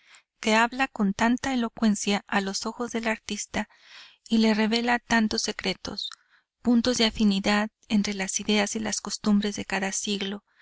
que habla con tanta elocuencia a los ojos del artista y le revela tantos secretos puntos de afinidad entre las ideas y las costumbres de cada siglo